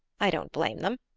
i don't blame them,